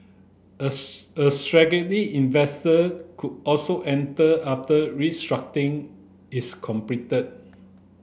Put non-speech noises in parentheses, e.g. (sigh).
a (unintelligible) a (unintelligible) investor could also enter after restructuring is completed